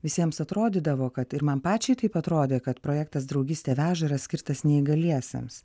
visiems atrodydavo kad ir man pačiai taip atrodė kad projektas draugystė veža yra skirtas neįgaliesiems